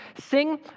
sing